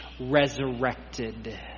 resurrected